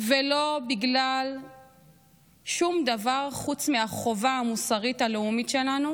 ולא בגלל שום דבר חוץ מהחובה המוסרית הלאומית שלנו